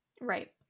Right